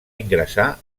ingressar